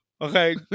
Okay